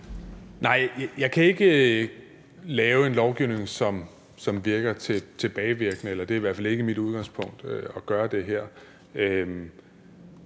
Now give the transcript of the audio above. Nej, jeg kan ikke lave en lovgivning, som virker med tilbagevirkende kraft – det er i hvert fald ikke mit udgangspunkt at gøre det her.